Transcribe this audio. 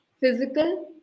physical